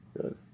Good